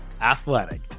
athletic